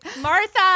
martha